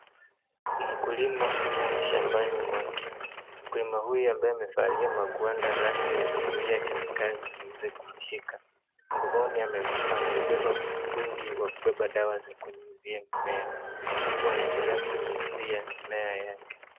Mkulima yumo shambani mwake, mkulima huyo ambaye amevalia magwanda rasmi ya kuzuia kemekali ziziweshe kumshika, mgongoni ameubeba mtungi wa kubeba dawa za kunyunyusia mimea, huku anaendelea kunyunyusia mimea yake.